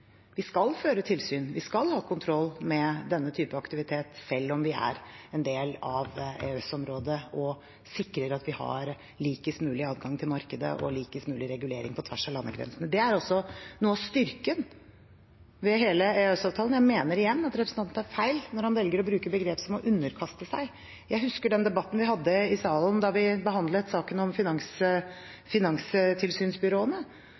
Vi skal føre tilsyn. Vi skal ha kontroll med denne typen aktivitet selv om vi er en del av EØS-området, og sikre at vi har likest mulig adgang til markedet og likest mulig regulering på tvers av landegrensene. Det er også noe av styrken ved hele EØS-avtalen. Jeg mener igjen at representanten tar feil når han velger å bruke begrep som «å underkaste seg». Jeg husker den debatten vi hadde i salen da vi behandlet saken om